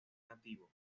nativo